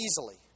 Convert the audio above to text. easily